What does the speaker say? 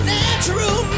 natural